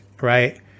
right